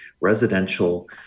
residential